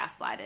gaslighted